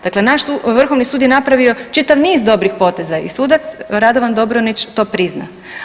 Dakle, naš Vrhovni sud je napravio čitav niz dobrih poteza i sudac Radovan Dobronić to prizna.